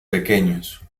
pequeños